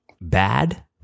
bad